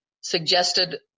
suggested